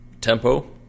tempo